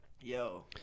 Yo